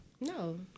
no